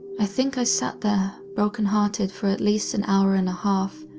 i think i sat there broken-hearted for at least an hour and a half,